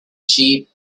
sheep